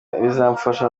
bizamfasha